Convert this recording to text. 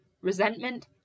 resentment